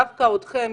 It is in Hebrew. דווקא אתכם,